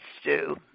stew